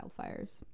wildfires